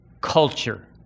culture